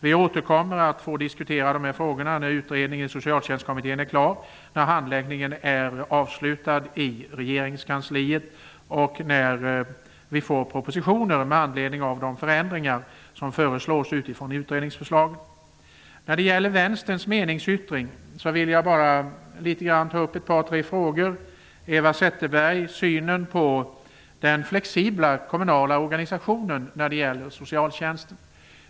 Vi återkommer till diskussionen när Socialtjänstkommitténs arbete är klart, när handläggningen i regeringskansliet är avslutad och när vi får propositioner med anledning av de förändringar som föreslås med utgångspunkt i utredningsförslaget. När det gäller Vänsterns meningsyttring vill jag bara ta upp några frågor, bl.a. synen på den flexibla kommunala organisationen för socialtjänsten.